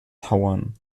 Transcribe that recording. tauern